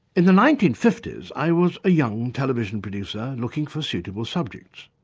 in the nineteen fifty s i was a young television producer looking for suitable subjects.